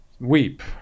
weep